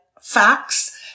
facts